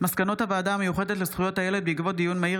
מסקנות הוועדה המיוחדת לפניות הציבור בעקבות דיון מהיר